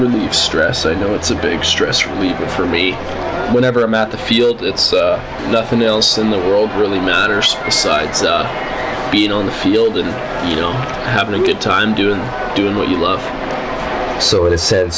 relieve stress i know it's a big stress relief and for me whenever i'm at the field it's nothing else in the world really matters besides being on the field and you know having a good time doing doing what you love so in a sense